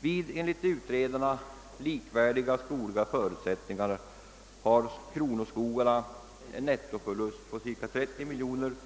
Vid enligt utredarna likvärdiga skogliga förutsättningar har kronoskogarna en nettoförlust på cirka 30 miljoner kronor,